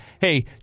hey